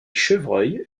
chevreuils